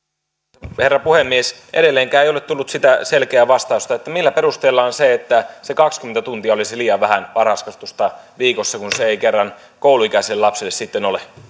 arvoisa herra puhemies edelleenkään ei ole tullut siihen selkeää vastausta millä perusteellaan se että se kaksikymmentä tuntia olisi liian vähän varhaiskasvatusta viikossa kun se ei kerran kouluikäiselle lapselle sitten ole